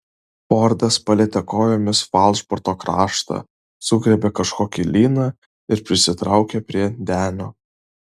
fordas palietė kojomis falšborto kraštą sugriebė kažkokį lyną ir prisitraukė prie denio